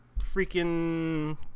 freaking